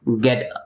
get